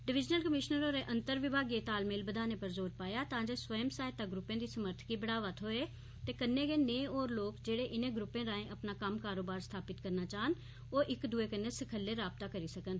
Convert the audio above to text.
divisional commissioner होरें अंतर विमागीय तालमेल बघाने पर जोर पाया तां जे स्वयं सहायता ग्रुपें दी समर्थ गी बढ़ावा थ्होए ते कन्नै गै नेह् होर लोक जेहड़े इनें ग्रुपें राहें अपना कम्म कारोबार स्थापत करना चाह्ग ओह् इक्कै दुए कन्नै सखल्लै राबता करी सकन